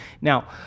Now